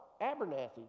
Abernathy